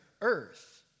earth